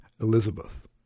Elizabeth